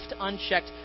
unchecked